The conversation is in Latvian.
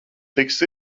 tiks